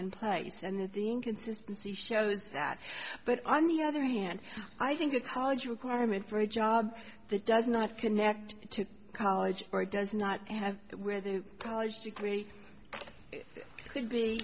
in place and the inconsistency shows that but on the other hand i think a college requirement for a job that does not connect to college or does not have where the college degree could be